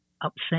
upset